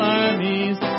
armies